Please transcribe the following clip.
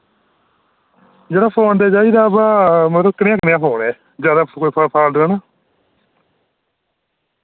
यरो फोन ते चाहिदा वा मतलब कनेहा कनेहा फोन ऐ एह् जैदा कोई फ फाल्ट निं ना